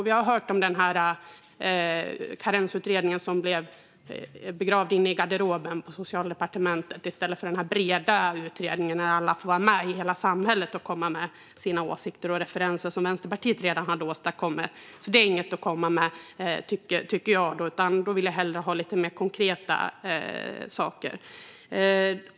Vi har hört om Karensutredningen som blev begravd i garderoben på Socialdepartementet i stället för att vara den breda utredning där alla får vara med i hela samhället och komma med sina åsikter och referenser som Vänsterpartiet redan hade åstadkommit. Det är inget att komma med, tycker jag. Då vill jag hellre ha lite mer konkreta saker.